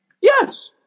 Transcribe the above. Yes